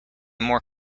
more